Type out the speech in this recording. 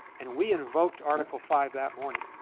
and we invoked article five that morning,